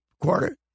quarter